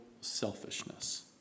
selfishness